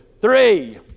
three